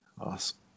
Awesome